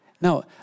No